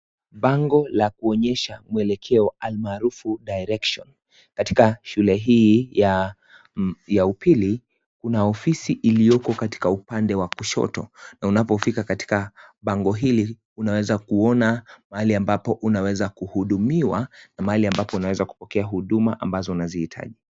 Bango la kuonyesha mwelekeo almaarufu direction , katika shule hii ya upili kuna ofisi iliyoko katika upande wa kushoto, na unapofika katika bango hili unaweza kuona mahali ambapo unaweza kuhudumiwa, na mahali ambapo unaweza kupokea huduma ambazo unazihitaji.